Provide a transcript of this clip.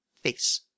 Face